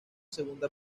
segunda